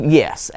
yes